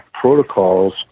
protocols